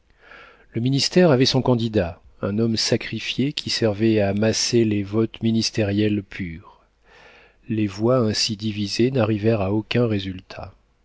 le ministère avait son candidat un homme sacrifié qui servait à masser les votes ministériels purs les voix ainsi divisées n'arrivèrent à aucun résultat